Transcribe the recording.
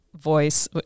voice